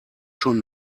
schon